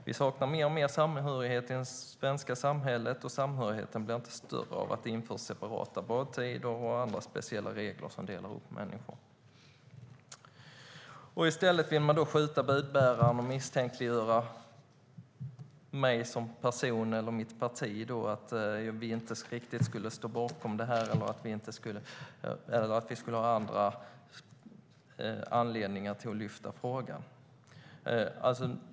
Vi saknar mer och mer samhörighet i det svenska samhället, och samhörigheten blir inte större av att det införs separata badtider och andra speciella regler som delar upp människor. I stället vill man skjuta budbäraren, misstänkliggöra mig som person eller mitt parti och hävda att vi inte riktigt skulle stå bakom det här eller att vi skulle ha andra anledningar till att lyfta fram frågan.